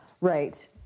Right